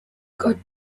got